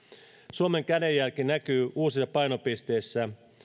suomen kädenjälki näkyy uusissa painopisteissä